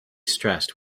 stressed